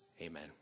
Amen